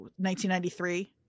1993